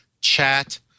chat